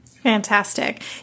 Fantastic